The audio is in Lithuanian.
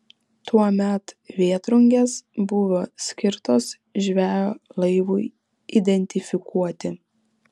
tuomet vėtrungės buvo skirtos žvejo laivui identifikuoti